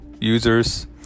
users